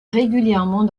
régulièrement